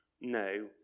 no